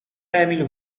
emil